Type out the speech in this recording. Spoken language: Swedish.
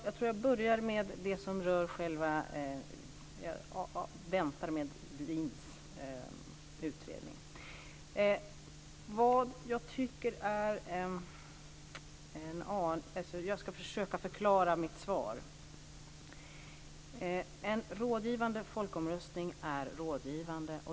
Fru talman! Jag börjar med det som rör själva frågan. Jag väntar med Ruins utredning. Jag ska försöka förklara mitt svar. En rådgivande folkomröstning är rådgivande.